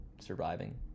surviving